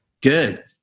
Good